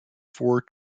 four